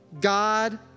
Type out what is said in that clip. God